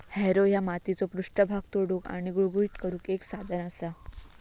Harrow ह्या मातीचो पृष्ठभाग तोडुक आणि गुळगुळीत करुक एक साधन असा